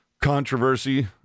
controversy